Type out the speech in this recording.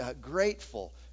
grateful